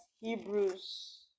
Hebrews